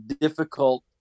difficult